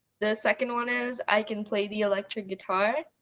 the second one is i can play the electric guitar.